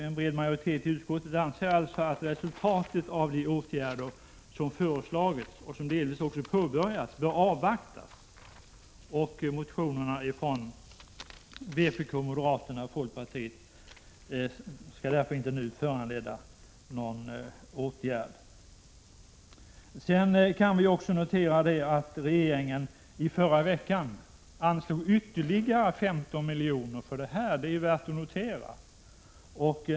En bred majoritet i utskottet anser alltså att resultatet av de insatser som föreslagits och delvis också påbörjats bör avvaktas och att motionerna från vpk, moderaterna och folkpartiet därför inte nu skall föranleda någon åtgärd. Vi kan också notera att regeringen förra veckan anslog ytterligare 15 miljoner för arbetsskadehandläggningen.